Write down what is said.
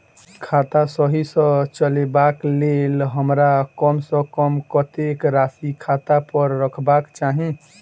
खाता सही सँ चलेबाक लेल हमरा कम सँ कम कतेक राशि खाता पर रखबाक चाहि?